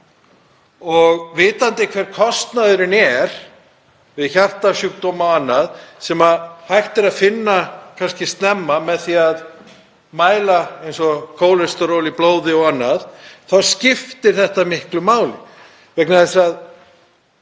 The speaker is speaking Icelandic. að. Vitandi hver kostnaðurinn er við hjartasjúkdóma og annað sem hægt er að finna snemma með því að mæla t.d. kólesteról í blóði og annað þá skiptir þetta miklu máli. Ef þú færð